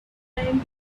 time